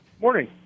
Morning